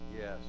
Yes